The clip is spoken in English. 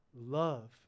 love